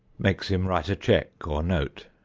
makes him write a check or note.